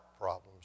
problems